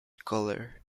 colour